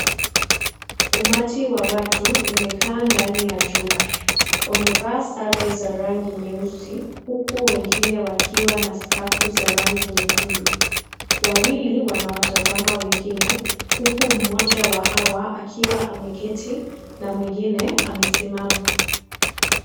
Umati wa watu umekaa ndani ya jumba. Wamevaa sare za rangi nyeusi huku wengine wakiwa na skafu za rangi nyekundu. Wawili wanawatazama wengine huku mmoja wa hawa akiwa ameketi na mwengine amesimama.